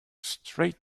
straight